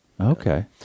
Okay